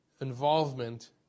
involvement